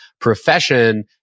profession